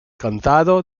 condado